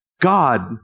God